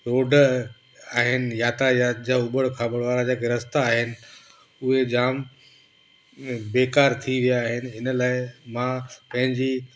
road आहिनि यातायात जा उबड़ खाबड़ वारा जेके रस्ता आहिनि उहे जाम बेकार थी विया आहिनि इन लाइ मां पंहिंजी